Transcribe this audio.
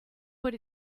what